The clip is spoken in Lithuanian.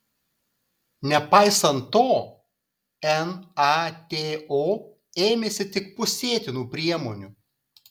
nepaisant to nato ėmėsi tik pusėtinų priemonių